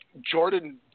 Jordan